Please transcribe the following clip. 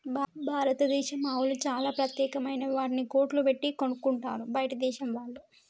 భారతదేశం ఆవులు చాలా ప్రత్యేకమైనవి వాటిని కోట్లు పెట్టి కొనుక్కుంటారు బయటదేశం వాళ్ళు